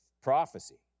prophecy